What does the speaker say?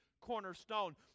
cornerstone